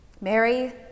Mary